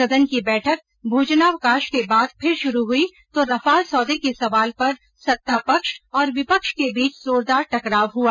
सदन की बैठक भोजनावकाश के बाद फिर शुरू हुई तो रफाल सौदे के सवाल पर सत्ता पक्ष और विपक्ष के बीच जोरदार टकराव हुआ